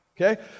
Okay